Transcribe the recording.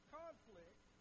conflict